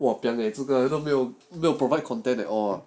!wahpiang! eh 这个都没有没有 will provide content at all ah